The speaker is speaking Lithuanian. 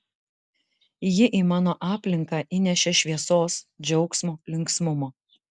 ji į mano aplinką įnešė šviesos džiaugsmo linksmumo